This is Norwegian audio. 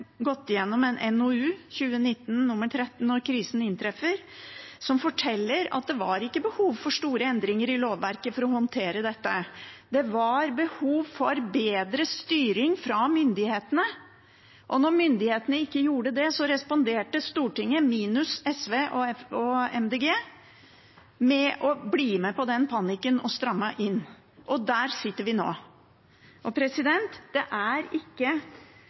Når krisen inntreffer – at det ikke var behov for store endringer i lovverket for å håndtere dette. Det var behov for bedre styring fra myndighetene. Når myndighetene ikke gjorde det, responderte Stortinget – minus SV og MDG – med å bli med på den panikken og stramme inn. Og der sitter vi nå. Det er ikke